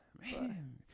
Man